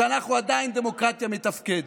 שאנחנו עדיין דמוקרטיה מתפקדת.